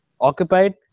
occupied